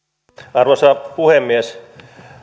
arvoisa puhemies